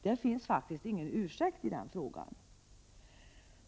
Det finns faktiskt ingen ursäkt i den frågan.